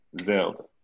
Zelda